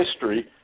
history